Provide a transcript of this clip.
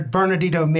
Bernardino